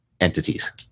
entities